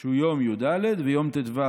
שהוא יום י"ד ויום ט"ו"